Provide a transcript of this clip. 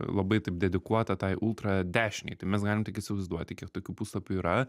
labai taip dedikuotą tai ultradešinei tai mes galim tik įsivaizduoti kiek tokių puslapių yra